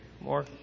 More